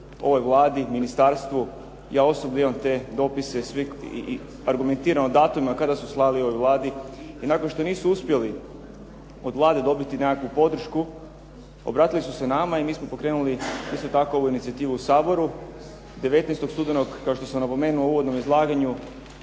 ovoj Vladi, ministarstvu, ja osobno imam te dopise i argumentirano datumima kada su slali ovoj Vladi. I nakon što nisu uspjeli od Vlade dobiti nekakvu podršku obratili su se nama i mi smo pokrenuli isto tako ovu inicijativu u Saboru, 19. studenog, kao što sama napomenuo u uvodnom izlaganju